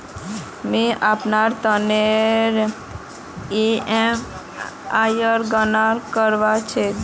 मि अपनार ऋणनेर ईएमआईर गणना करवा चहा छी